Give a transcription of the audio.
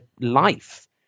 life